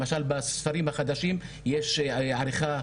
למשל בספרים החדשים יש עריכה